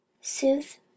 sooth